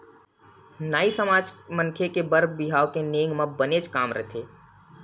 नाई समाज के मनखे के बर बिहाव के नेंग म बनेच के काम रहिथे